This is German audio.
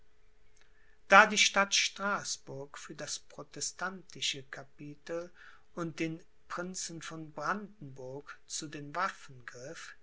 da die stadt straßburg für das protestantische capitel und den prinzen von brandenburg zu den waffen griff